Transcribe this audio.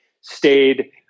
stayed